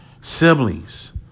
siblings